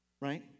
Right